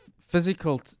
physical